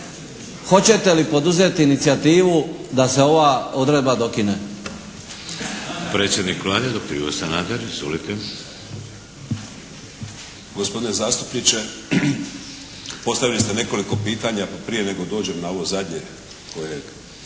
hoćete li poduzeti inicijativu da se ova odredba dokine?